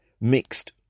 mixed